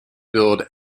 billed